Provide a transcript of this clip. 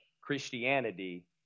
Christianity